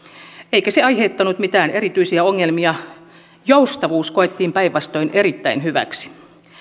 eikä se aiheuttanut mitään erityisiä ongelmia joustavuus koettiin päinvastoin erittäin hyväksi